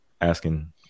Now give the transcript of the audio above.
asking